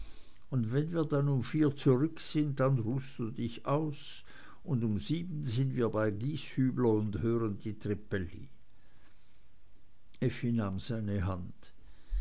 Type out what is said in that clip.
und wenn wir dann um vier zurück sind dann ruhst du dich aus und um sieben sind wir bei gieshübler und hören die trippelli effi nahm seine hand